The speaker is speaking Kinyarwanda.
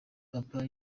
papa